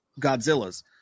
Godzillas